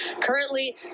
Currently